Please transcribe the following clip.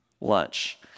lunch